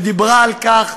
אני אומר לך,